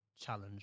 challenge